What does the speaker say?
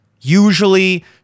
usually